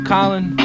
Colin